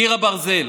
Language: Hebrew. "קיר הברזל",